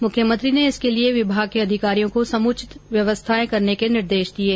मुख्यमंत्री ने इसके लिए विभाग के अधिकारियों को समुचित व्यवस्थाएं करने के निर्देश दिए हैं